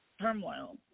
turmoil